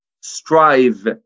strive